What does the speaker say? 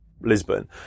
Lisbon